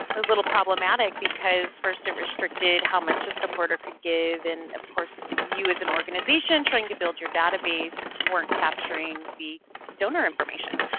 a little problematic because first it restricted how much a supporter could give. and of course, you as an organization trying to build your database weren't capturing the donor information.